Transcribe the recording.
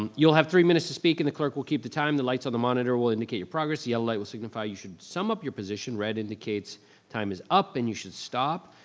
um you'll have three minutes to speak and the clerk will keep the time, the lights on the monitor will indicate your progress, yellow light will signify you should sum up your position, red indicates time is up and you should stop.